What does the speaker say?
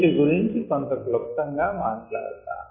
వీటి గురించి కొంత క్లుప్తం గా మాట్లాడతాను